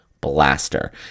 blaster